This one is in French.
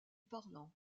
parlant